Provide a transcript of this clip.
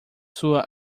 sua